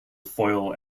foil